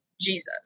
jesus